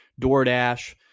DoorDash